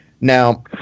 Now